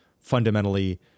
fundamentally